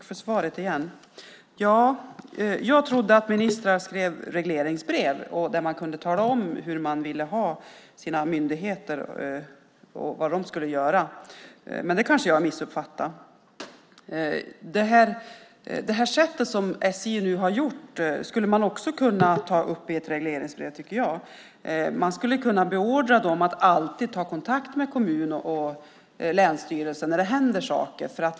Herr talman! Jag trodde att ministrar skrev regleringsbrev där de kan tala om vad de vill att myndigheterna ska göra. Men det har jag kanske missuppfattat. Det som SJ nu har gjort tycker jag att man också skulle kunna ta upp i ett regleringsbrev. Man skulle kunna beordra dem att alltid ta kontakt med kommuner och länsstyrelser när det händer saker.